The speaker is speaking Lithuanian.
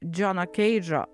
džiono keidžo